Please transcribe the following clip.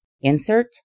Insert